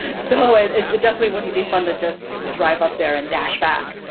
so it it definitely wouldn't be fun to just drive up there and dash back.